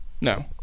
No